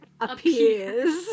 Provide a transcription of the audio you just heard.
appears